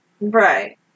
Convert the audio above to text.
Right